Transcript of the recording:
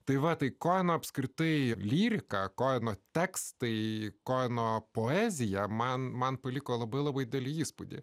tai va tai ką apskritai lyriką kainą teks tai ko nuo poeziją man man paliko labai labai didelį įspūdį